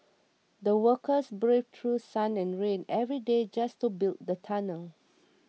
the workers braved through sun and rain every day just to build the tunnel